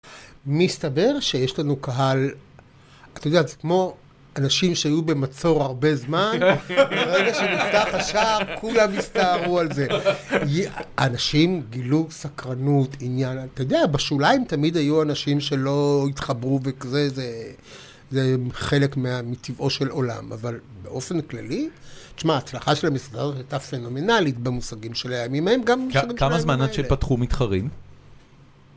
מסתבר שיש לנו קהל, אתה יודע, זה כמו אנשים שהיו במצור הרבה זמן, ברגע שנפתח השער, כולם הסתערו על זה. אנשים גילו סקרנות, עניין, אתה יודע, בשוליים תמיד היו אנשים שלא התחברו וכזה, זה חלק מטבעו של עולם, אבל באופן כללי, תשמע, הצלחה של המסגרת הייתה פנומנלית במושגים של הימים, הם גם מושגים של הימים האלה. כמה זמנת שפתחו מתחרים?